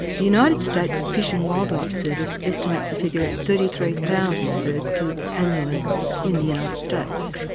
the united states fish and wildlife service estimates the figure at thirty three thousand birds killed annually in the united states.